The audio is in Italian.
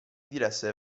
diresse